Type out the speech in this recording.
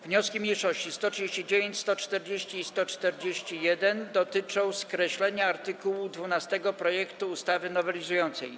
Wnioski mniejszości 139., 140. i 141. dotyczą skreślenia art. 12 projektu ustawy nowelizującej.